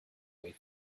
way